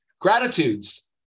Gratitudes